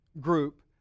group